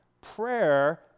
prayer